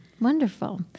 Wonderful